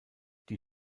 die